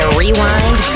rewind